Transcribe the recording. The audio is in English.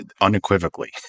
Unequivocally